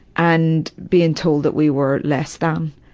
and being told that we were less than,